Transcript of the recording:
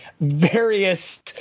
various